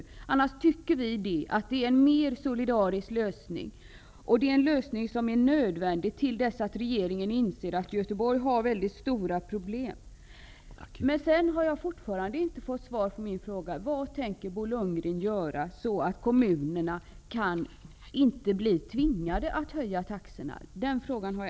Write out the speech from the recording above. För övrigt tycker vi att det vore en mera solidarisk lösning. Nödvändigheten av en sådan lösning föreligger så länge regeringen inte inser att Göteborg har väldigt stora problem. Jag har ännu inte fått något svar på min fråga: Vad tänker Bo Lundgren göra för att kommunerna inte skall bli tvingade att höja taxorna?